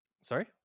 sorry